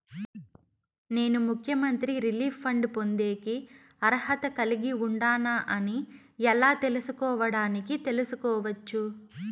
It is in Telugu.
నేను ముఖ్యమంత్రి రిలీఫ్ ఫండ్ పొందేకి అర్హత కలిగి ఉండానా అని ఎలా తెలుసుకోవడానికి తెలుసుకోవచ్చు